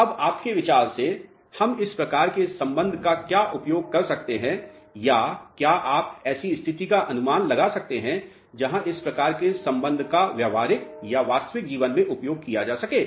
अब आपके विचार से हम इस प्रकार के संबंध का क्या उपयोग कर सकते हैं या क्या आप ऐसी स्थिति का अनुमान लगा सकते हैं जहां इस प्रकार के संबंध का व्यावहारिक या वास्तविक जीवन में उपयोग किया जा सके